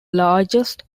largest